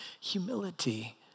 humility